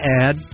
add